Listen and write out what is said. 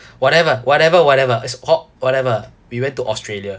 whatever whatever whatever it's called whatever we went to australia